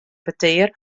petear